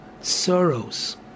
sorrows